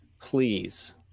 please